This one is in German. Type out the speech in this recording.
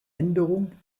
änderung